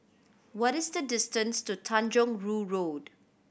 what is the distance to Tanjong Rhu Road